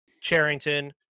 Charrington